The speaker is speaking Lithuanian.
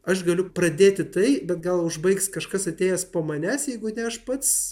aš galiu pradėti tai bet gal užbaigs kažkas atėjęs po manęs jeigu aš pats